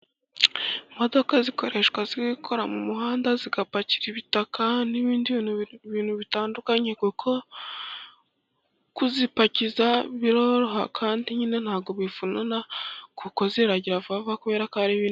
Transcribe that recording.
Imodoka zikoreshwa zikora mu muhanda zigapakira ibitaka n'ibindi bintu bitandukanye kuko kuzipakiza biroroha kandi nyine ntabwo bivuna kuko ziragira vuba kubera ko ari bi...